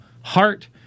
heart